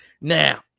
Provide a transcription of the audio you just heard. Now